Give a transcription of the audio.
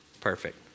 Perfect